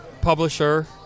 publisher